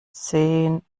zehn